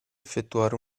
effettuare